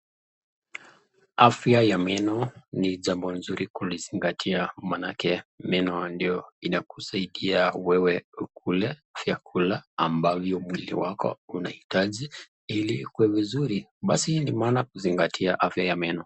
Afya ya meno ni jambo nzuri kulizingatia kwa maana meni ndio inakusaidia ukule chakula ambavyo mwili yako unahitaji ili ukue vizuri. Basi ni maana kuzingatia afya ya meno.